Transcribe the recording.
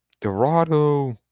Dorado